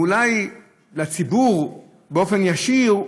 ואולי לציבור באופן ישיר,